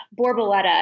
borboleta